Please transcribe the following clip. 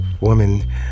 woman